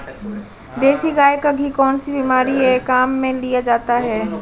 देसी गाय का घी कौनसी बीमारी में काम में लिया जाता है?